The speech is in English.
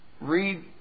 read